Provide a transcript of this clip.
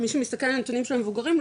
מי שמסתכל על הנתונים של המבוגרים,